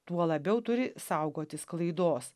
tuo labiau turi saugotis klaidos